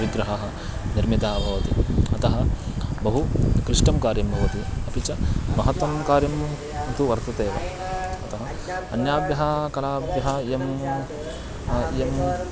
विग्रहः निर्मितः भवति अतः बहु क्लिष्टं कार्यं भवति अपि च महत् कार्यं तु वर्तते एव अतः अन्याभ्यः कलाभ्यः इयम् इयम्